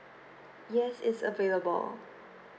yes it's available